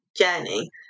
Journey